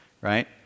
right